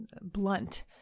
blunt